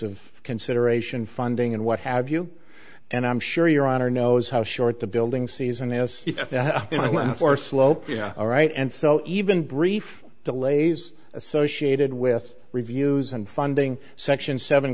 of consideration funding and what have you and i'm sure your honor knows how short the building season is for slope you know all right and so even brief delays associated with reviews and funding section seven